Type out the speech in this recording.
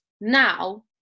now